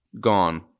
gone